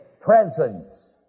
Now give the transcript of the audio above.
presence